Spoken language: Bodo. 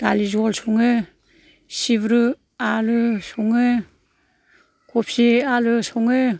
दालि जहल सङो सिब्रु आलु सङो कबि आलु सङो